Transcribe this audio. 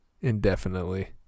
indefinitely